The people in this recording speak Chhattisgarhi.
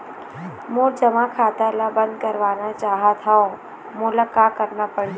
मोर जमा खाता ला बंद करवाना चाहत हव मोला का करना पड़ही?